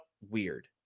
weird